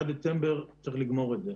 עד דצמבר צריך לגמור את זה.